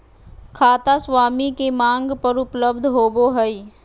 खाता स्वामी के मांग पर उपलब्ध होबो हइ